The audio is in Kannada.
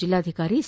ಜಿಲ್ಲಾಧಿಕಾರಿ ಸಿ